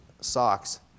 socks